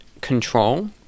control